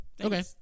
okay